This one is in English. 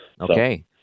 Okay